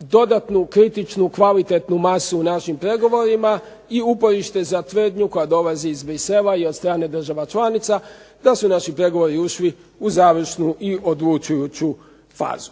dodatnu kritičnu kvalitetnu masu u našim pregovorima, i uporište za tvrdnju koja dolazi iz Bruxellesa i od strane država članica, da su naši pregovori ušli u završnu i odlučujuću fazu.